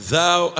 Thou